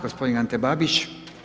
Gospodin Ante Babić.